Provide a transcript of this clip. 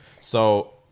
So-